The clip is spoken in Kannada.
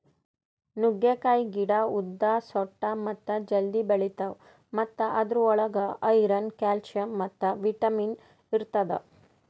ನುಗ್ಗೆಕಾಯಿ ಗಿಡ ಉದ್ದ, ಸೊಟ್ಟ ಮತ್ತ ಜಲ್ದಿ ಬೆಳಿತಾವ್ ಮತ್ತ ಅದುರ್ ಒಳಗ್ ಐರನ್, ಕ್ಯಾಲ್ಸಿಯಂ ಮತ್ತ ವಿಟ್ಯಮಿನ್ ಇರ್ತದ